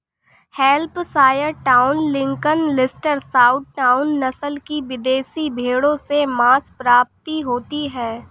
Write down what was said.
Hampshire down, Lincoln, Leicester, south down, नस्ल की विदेशी भेंड़ों से माँस प्राप्ति होती है